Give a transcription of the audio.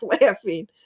laughing